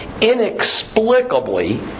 inexplicably